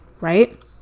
right